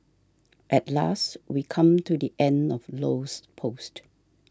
at last we come to the end of Low's post